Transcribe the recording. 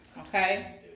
Okay